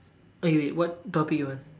okay wait what topic you want